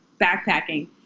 backpacking